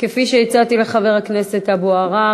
כפי שהצעתי לחבר הכנסת אבו עראר,